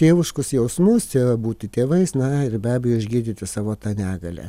tėvuškus jausmus tai yra būti tėvais na ir be abejo išgydyti savo tą negalią